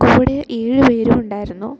കൂടെ ഏഴ് പേരും ഉണ്ടായിരുന്നു